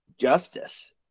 Justice